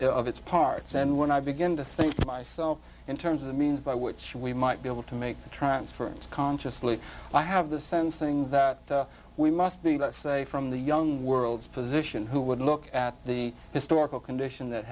all of its parts and when i begin to think of myself in terms of the means by which we might be able to make the transference consciously i have this sense thing that we must be safe from the young world's position who would look at the historical condition that